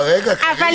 רגע, קארין.